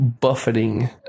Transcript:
buffeting